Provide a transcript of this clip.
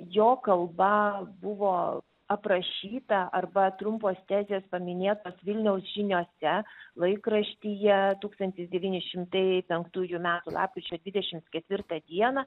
jo kalba buvo aprašyta arba trumpos tezės paminėtos vilniaus žiniose laikraštyje tūkstantis devyni šimtai penktųjų metų lapkričio dvidešimt ketvirtą dieną